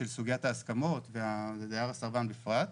של סוגית ההסכמות ודייר סרבן בפרט,